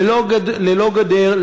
ללא גדר,